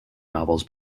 novels